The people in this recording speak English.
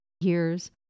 years